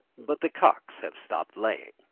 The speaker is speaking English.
but the cocks have stopped laying.